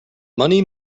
money